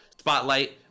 Spotlight